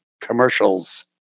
commercials